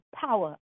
power